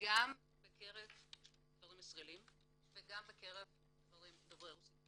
גם בקרב גברים ישראלים וגם בקרב גברים דוברי רוסית.